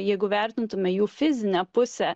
jeigu vertintumėme jų fizinę pusę